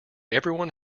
everyone